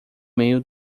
meio